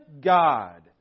God